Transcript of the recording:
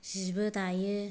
जिबो दायो